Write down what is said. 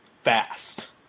fast